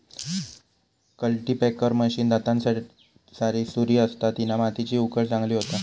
cultipacker machine दातांसारी सुरी असता तिना मातीची उकळ चांगली होता